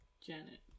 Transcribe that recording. Janet